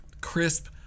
crisp